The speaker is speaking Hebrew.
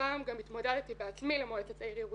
הפעם גם התמודדתי בעצמי למועצת העיר ירושלים.